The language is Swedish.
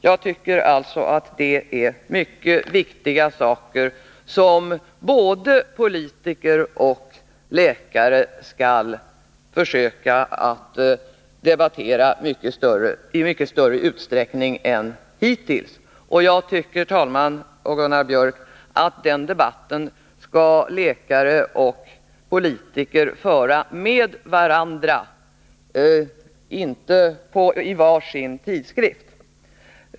Jag tycker alltså att det är mycket viktiga saker som både politiker och läkare skall försöka att debattera i mycket större utsträckning än hittills. Jag tycker, herr talman och Gunnar Biörck, att den debatten skall läkare och politiker föra med varandra, inte var och en i sin tidskrift.